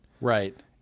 Right